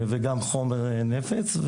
וגם חומר נפץ.